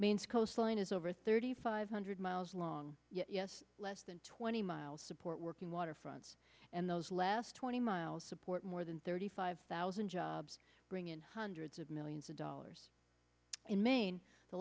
mains coastline is over thirty five hundred miles long yes less than twenty miles support working waterfronts and those last twenty miles support more than thirty five thousand jobs bring in hundreds of millions of dollars in maine the